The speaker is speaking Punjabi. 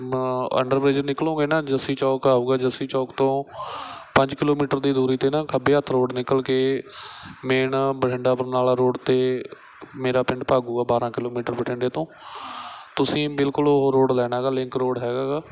ਅੰਡਰਬ੍ਰਿਜ ਨਿਕਲੋਗੇ ਨਾ ਜੱਸੀ ਚੌਕ ਆਊਗਾ ਜੱਸੀ ਚੌਕ ਤੋਂ ਪੰਜ ਕਿਲੋਮੀਟਰ ਦੀ ਦੂਰੀ 'ਤੇ ਨਾ ਖੱਬੇ ਹੱਥ ਰੋਡ ਨਿਕਲ ਕੇ ਮੇਨ ਬਠਿੰਡਾ ਬਰਨਾਲਾ ਰੋਡ 'ਤੇ ਮੇਰਾ ਪਿੰਡ ਭਾਗੂ ਆ ਬਾਰ੍ਹਾਂ ਕਿਲੋਮੀਟਰ ਬਠਿੰਡੇ ਤੋਂ ਤੁਸੀਂ ਬਿਲਕੁਲ ਉਹ ਰੋਡ ਲੈਣਾ ਗਾ ਲਿੰਕ ਰੋਡ ਹੈਗਾ ਗਾ